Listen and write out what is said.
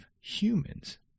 humans